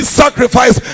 sacrifice